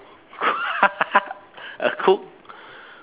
a cook